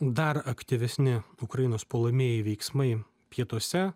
dar aktyvesni ukrainos puolamieji veiksmai pietuose